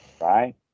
Right